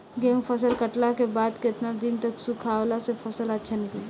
गेंहू फसल कटला के बाद केतना दिन तक सुखावला से फसल अच्छा निकली?